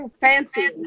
Fancy